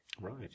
Right